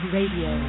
Radio